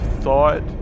thought